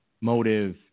motive